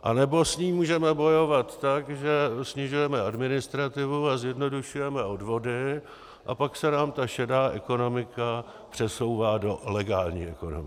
Anebo s ní můžeme bojovat tak, že snižujeme administrativu a zjednodušujeme odvody, a pak se nám ta šedá ekonomika přesouvá do legální ekonomiky.